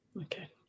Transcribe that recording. Okay